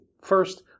first